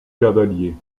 cavaliers